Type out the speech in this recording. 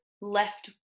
left